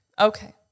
Okay